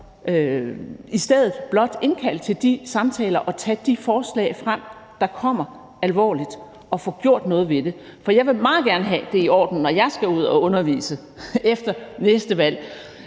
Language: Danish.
i stedet blot indkalde til de samtaler og tage de forslag, der kommer frem, alvorligt og få gjort noget ved det. For jeg vil meget gerne have, at det er i orden, når jeg skal ud og undervise efter næste valg